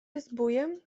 zbójem